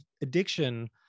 addiction